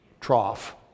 trough